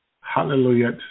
hallelujah